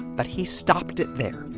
but he stopped it there